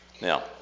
Now